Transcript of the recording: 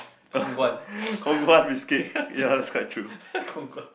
Kong-Guan Kong-Guan